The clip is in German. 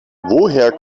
woher